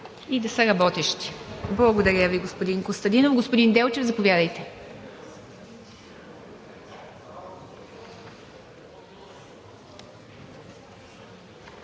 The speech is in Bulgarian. И да са работещи. Благодаря Ви, господин Костадинов. Господин Делчев, заповядайте.